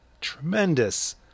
tremendous